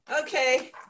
Okay